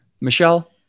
Michelle